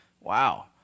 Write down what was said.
Wow